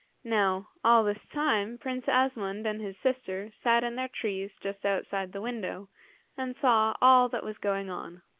now, all this time prince asmund and his sister sat in their trees just outside the window and saw all that was going on.